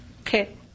Okay